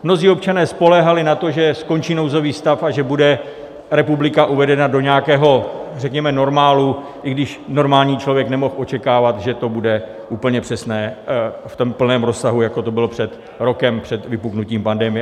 Mnozí občané spoléhali na to, že skončí nouzový stav a že bude republika uvedena do nějakého řekněme normálu, i když normální člověk nemohl očekávat, že to bude úplně přesné, v plném rozsahu, jako to bylo před rokem před vypuknutím pandemie.